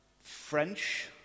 French